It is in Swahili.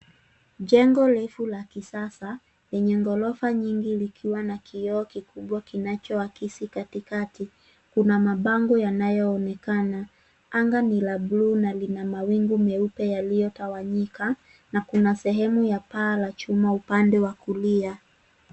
Jengo refu la kisasa lenye ghorofa nyingi likiwa na kioo kikubwa kinachiakisi katikati. Kuna mabango yanayo onekana. Anga ni la bluu na lina mawingu meupe yaliyo tawanyika na kuna sehemu ya paa la chuma upande wa kulia.